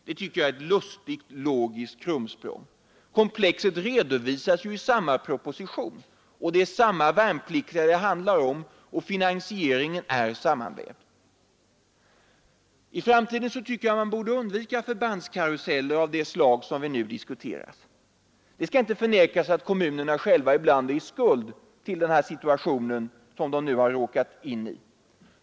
Det tycker jag är ett lustigt logiskt krumsprång. Komplexet redovisas ju i samma proposition, det är samma värnpliktiga det handlar om och finansieringen är sammanvävd. Jag tycker att man i framtiden borde undvika ”förbandskaruseller” av det slag som vi nu diskuterar. Det skall inte förnekas att kommunerna ibland själva är skuld till situationen.